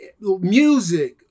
music